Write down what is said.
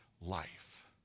life